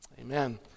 amen